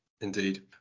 Indeed